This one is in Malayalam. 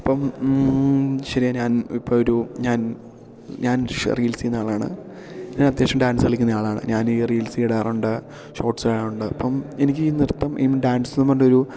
അപ്പോള് ശരിയാണ് ഞാൻ ഇപ്പോള് ഒരു ഞാൻ ഞാൻ റീൽസെയ്യുന്ന ആളാണ് ഞാൻ അത്യാവശ്യം ഡാൻസ് കളിക്കുന്ന ആളാണ് ഞാനീ റീൽസ് ഇടാറുണ്ട് ഷോട്സ് ഇടാറുണ്ട് അപ്പോള് എനിക്കീ നൃത്തം ഈ ഡാൻസും കൊണ്ടൊരു